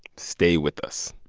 stay with us